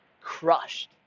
crushed